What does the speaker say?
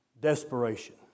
Desperation